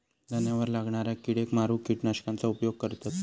धान्यावर लागणाऱ्या किडेक मारूक किटकनाशकांचा उपयोग करतत